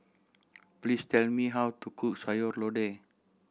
please tell me how to cook Sayur Lodeh